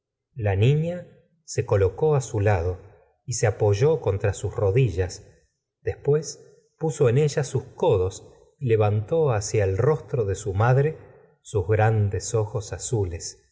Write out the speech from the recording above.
la niña se colocó su lado y se apoyó contra sus rodillas después puso en ellas sus codos y levantó hacia el rostro de su madre sus grandes ojos azules